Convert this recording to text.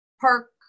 park